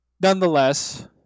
Nonetheless